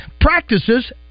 practices